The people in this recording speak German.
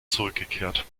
zurückgekehrt